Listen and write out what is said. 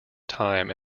time